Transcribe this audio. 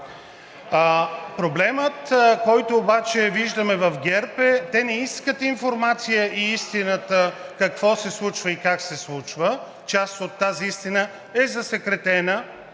Проблемът, който обаче виждаме в ГЕРБ, е, те не искат информация и истината какво се случва и как се случва – част от тази истина е засекретена